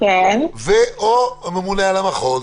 ו/או הממונה על המחוז.